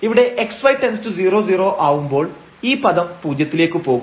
ഇവിടെ xy→00 ആവുമ്പോൾ ഈ പദം പൂജ്യത്തിലേക്ക് പോകും